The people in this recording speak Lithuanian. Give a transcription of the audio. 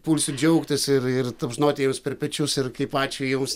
pulsi džiaugtis ir ir tapšnoti jiems per pečius ir kaip ačiū jums